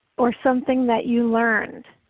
or something that you learned.